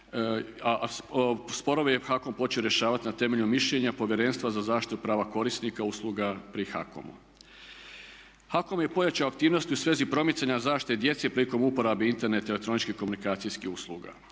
sporove je HAKOM počeo rješavati na temelju mišljenja Povjerenstva za zaštitu prava korisnika, usluga pri HAKOM-u. HAKOM je pojačao aktivnosti u svezi promicanja zaštite djece prilikom uporabe interneta i elektroničkih komunikacijskih usluga.